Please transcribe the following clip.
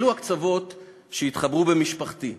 אלו הקצוות שהתחברו במשפחתי: